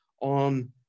on